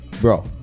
Bro